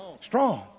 strong